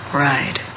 ride